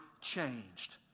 changed